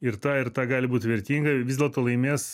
ir ta ir ta gali būt vertinga ir vis dėlto laimės